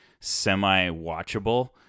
semi-watchable